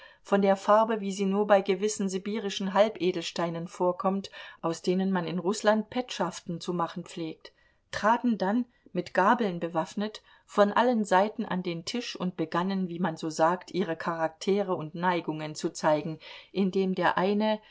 von der farbe wie sie nur bei gewissen sibirischen halbedelsteinen vorkommt aus denen man in rußland petschaften zu machen pflegt traten dann mit gabeln bewaffnet von allen seiten an den tisch und begannen wie man so sagt ihre charaktere und neigungen zu zeigen indem der eine